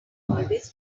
always